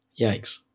Yikes